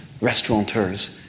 restaurateurs